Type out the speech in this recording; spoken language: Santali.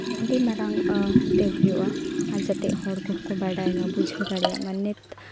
ᱟᱹᱰᱤ ᱢᱟᱨᱟᱝᱛᱮ ᱦᱩᱭᱩᱜᱼᱟ ᱟᱨ ᱡᱟᱛᱮ ᱦᱚᱲ ᱠᱚᱦᱚᱸ ᱠᱚ ᱵᱟᱲᱟᱭᱢᱟ ᱵᱩᱡᱷᱟᱹᱣ ᱫᱟᱲᱮᱭᱟᱜ ᱢᱟ ᱱᱤᱛ